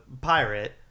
pirate